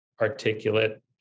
articulate